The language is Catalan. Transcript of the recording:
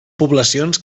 poblacions